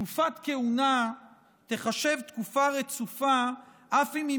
תקופת כהונה תיחשב תקופה רצופה אף אם היא